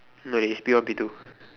no is P one P two